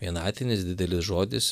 vienatinis didelis žodis